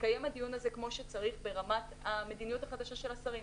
יתקיים כמו שצריך ברמת המדיניות החדשה של השרים,